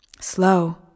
slow